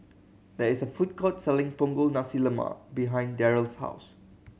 there is a food court selling Punggol Nasi Lemak behind Daryl's house